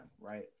right